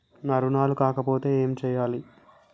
నా రుణాలు కాకపోతే ఏమి చేయాలి?